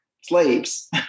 slaves